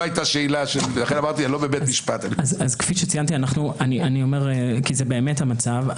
כפי שציינתי זה באמת המצב.